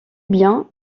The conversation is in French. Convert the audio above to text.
bien